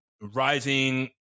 rising